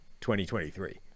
2023